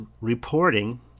reporting